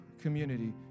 community